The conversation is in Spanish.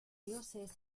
dioses